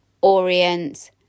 orient